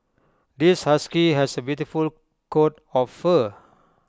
this husky has A beautiful coat of fur